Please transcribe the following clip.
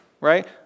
right